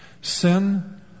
Sin